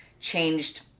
changed